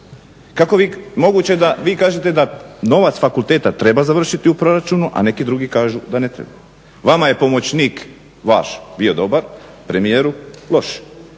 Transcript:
da vi kažete da novac fakulteta treba završiti u proračunu a neki drugi kažu da ne treba. Vama je pomoćnik vaš bio dobar, premijeru loš.